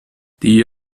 die